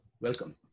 welcome